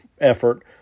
effort